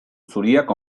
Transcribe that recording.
zuriak